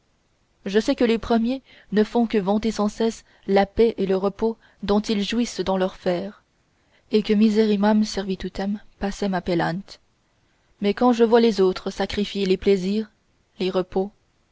je sais que les premiers ne font que vanter sans cesse la paix et le repos dont ils jouissent dans leurs fers et que miserrimam servitutem pacem appellant mais quand je vois les autres sacrifier les plaisirs le repos